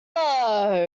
are